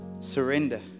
surrender